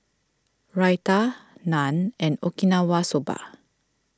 Raita Naan and Okinawa Soba